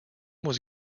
was